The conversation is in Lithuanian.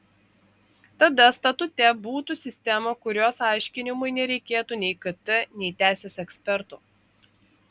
tada statute būtų sistema kurios aiškinimui nereikėtų nei kt nei teisės ekspertų